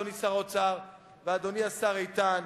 אדוני שר האוצר ואדוני השר איתן,